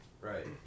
Right